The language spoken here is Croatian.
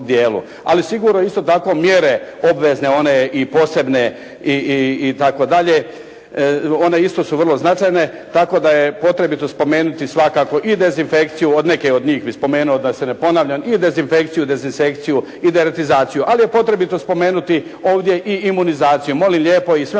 dijelu. Ali sigurno isto tako mjere obvezne one i posebne itd. one isto su vrlo značajne tako da je potrebito spomenuti i dezinfekciju od neke od njih bih spomenuo da se ne ponavljam i dezinfekciju i dezinsekciju i deratizaciju. Ali je potrebito spomenuti ovdje i imunizaciju, molim lijepo i sve